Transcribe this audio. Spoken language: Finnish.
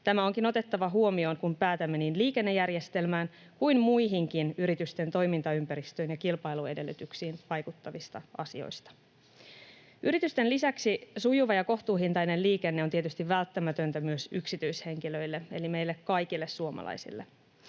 Tämä onkin otettava huomioon, kun päätämme niin liikennejärjestelmään kuin muihinkin yritysten toimintaympäristöön ja kilpailuedellytyksiin vaikuttavista asioista. Yritysten lisäksi sujuva ja kohtuuhintainen liikenne on tietysti välttämätöntä myös yksityishenkilöille eli meille kaikille suomalaisille.